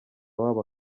wabo